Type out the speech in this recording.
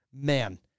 Man